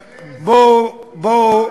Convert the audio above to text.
בואו,